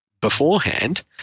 beforehand